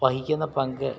വഹിക്കുന്ന പങ്ക്